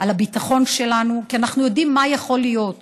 על הביטחון שלנו, כי אנחנו יודעים מה יכול להיות.